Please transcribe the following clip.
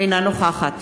אינה נוכחת